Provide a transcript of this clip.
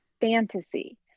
fantasy